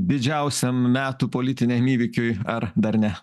didžiausiam metų politiniam įvykiui ar dar ne